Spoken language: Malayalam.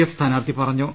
എഫ് സ്ഥാനാർത്ഥി പറഞ്ഞു